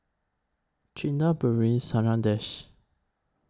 Chanda Bellur Sundaresh